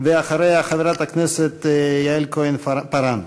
אחריה, חברת הכנסת יעל כהן-פארן.